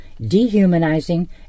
dehumanizing